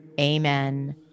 amen